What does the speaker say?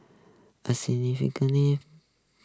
a